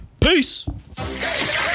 peace